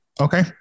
Okay